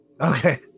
okay